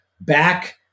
back